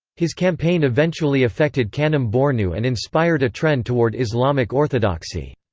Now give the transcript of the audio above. his campaign eventually affected kanem-bornu and inspired a trend toward islamic orthodoxy.